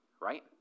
right